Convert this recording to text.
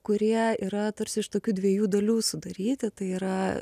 kurie yra tarsi iš tokių dviejų dalių sudaryti tai yra